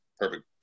perfect